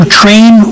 train